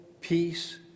peace